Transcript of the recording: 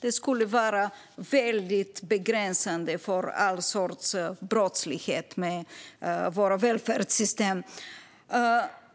Det skulle vara väldigt begränsande för all sorts brottslighet med våra välfärdssystem.